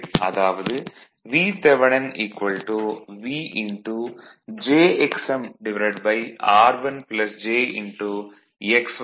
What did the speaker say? அதாவது Vth Vjxm r1 jx1xm